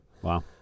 wow